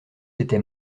était